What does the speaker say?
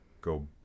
go